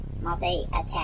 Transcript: Multi-attack